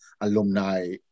alumni